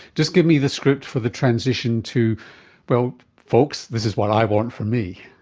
just give me the script for the transition to well folks, this is what i want for me.